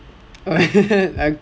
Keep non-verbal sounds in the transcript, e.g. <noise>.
<laughs>